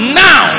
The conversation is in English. now